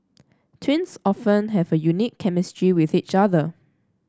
twins often have a unique chemistry with each other